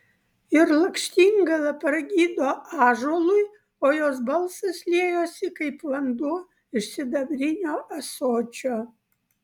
ir lakštingala pragydo ąžuolui o jos balsas liejosi kaip vanduo iš sidabrinio ąsočio